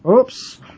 Oops